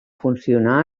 funcionar